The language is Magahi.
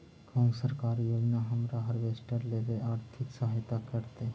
कोन सरकारी योजना हमरा हार्वेस्टर लेवे आर्थिक सहायता करतै?